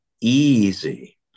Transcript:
easy